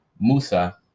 Musa